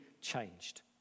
changed